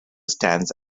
stands